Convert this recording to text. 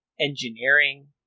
engineering